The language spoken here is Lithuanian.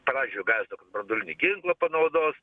pradžioj gali branduolinį ginklą panaudos